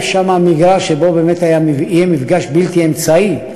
יהיה שם מפגש בלתי אמצעי,